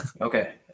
Okay